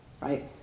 right